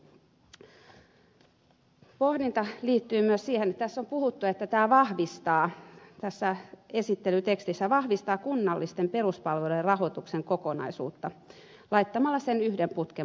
pohdinta liittyy myös siihen tässä esittelytekstissä on puhuttu että tämä vahvistaa kunnallisten peruspalveluiden rahoituksen kokonaisuutta laittamalla sen yhden putken malliin